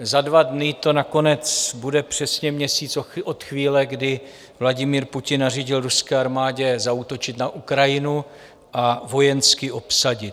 Za dva dny to nakonec bude přesně měsíc od chvíle, kdy Vladimír Putin nařídil ruské armádě zaútočit na Ukrajinu a vojensky ji obsadit.